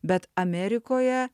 bet amerikoje